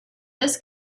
this